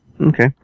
Okay